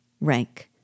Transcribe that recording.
Rank